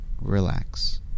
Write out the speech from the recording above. relax